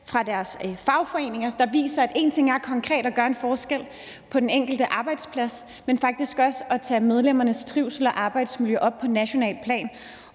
af deres fagforeninger, der viser, at én ting er konkret at gøre en forskel på den enkelte arbejdsplads, men man skal faktisk også tage medlemmernes trivsel og arbejdsmiljø op på nationalt plan,